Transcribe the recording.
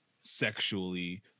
sexually